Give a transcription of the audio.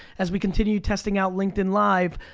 as we continue testing out linkedin live.